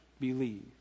believe